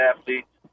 Athletes